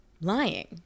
lying